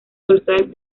dorsal